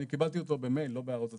אני קיבלתי אותו במייל, לא בהערות הציבור.